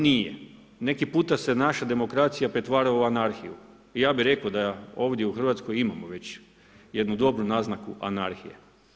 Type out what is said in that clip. Nije, neki puta se naša demokracija pretvara u anarhiju i ja bih rekao da ovdje u Hrvatskoj imamo već jednu dobru naznaku anarhije.